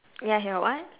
yes your what